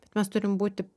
bet mes turim būti